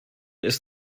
ist